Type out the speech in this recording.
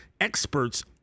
experts